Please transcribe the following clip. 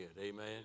amen